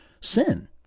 sin